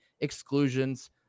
Exclusions